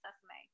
Sesame